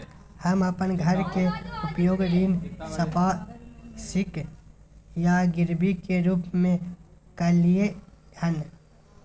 हम अपन घर के उपयोग ऋण संपार्श्विक या गिरवी के रूप में कलियै हन